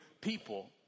people